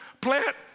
plant